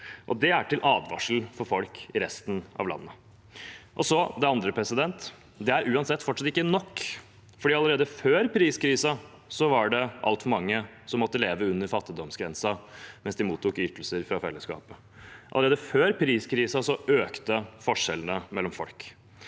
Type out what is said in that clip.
Det er til advarsel for folk i resten av landet. Det andre er: Det er uansett fortsatt ikke nok, for allerede før priskrisen var det altfor mange som måtte leve under fattigdomsgrensen mens de mottok ytelser fra fellesskapet. Allerede før priskrisen økte forskjellene mellom folk.